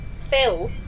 Phil